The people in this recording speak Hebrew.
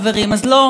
שרת המשפטים,